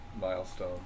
Milestone